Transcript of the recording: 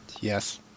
Yes